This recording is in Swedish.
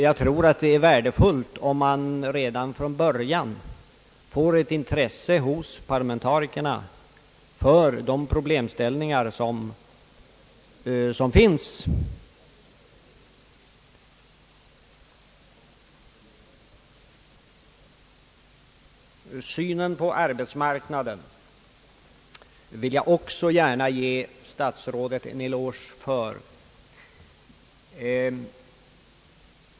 Jag tror att det är värdefullt om man redan från början väcker intresse hos parlamentarikerna för de problemställningar som finns. Synen på arbetsmarknaden sådan den kom till uttryck i statsrådets anförande i dag, vill jag också gärna ge statsrådet en eloge för.